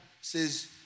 says